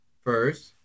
First